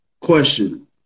question